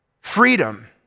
Freedom